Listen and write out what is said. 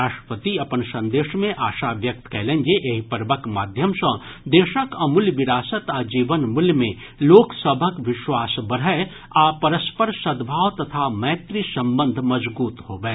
राष्ट्रपति अपन संदेश मे आशा व्यक्त कयलनि जे एहि पर्वक माध्यम सँ देशक अमूल्य विरासत आ जीवन मूल्य मे लोक सभक विश्वास बढ़य आ परस्पर सद्भाव तथा मैत्री संबंध मजगूत होबय